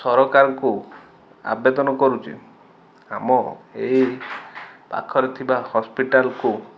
ସରକାରଙ୍କୁ ଆବେଦନ କରୁଛି ଆମ ଏଇ ପାଖରେ ଥିବା ହସ୍ପିଟାଲକୁ